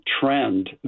trend